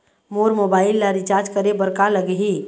मोर mobile ला recharge करे बर का लगही?